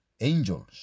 angels